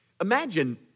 Imagine